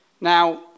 Now